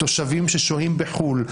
תושבים ששוהים בחו"ל.